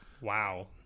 wow